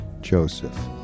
Joseph